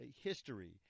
history